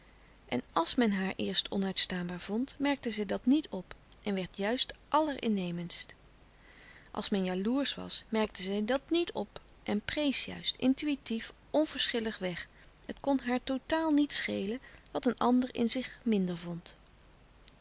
woord als men haar eerst onuitstaanbaar vond merkte zij dat niet op en werd juist allerinnemendst als men jaloersch was merkte zij dat niet op en prees juist intuïtief onverschillig weg het kon haar totaal niet schelen wat een ander in zich minder vond